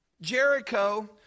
Jericho